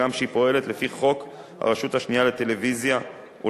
הגם שהיא פועלת לפי חוק הרשות השנייה לטלוויזיה ולרדיו.